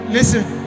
Listen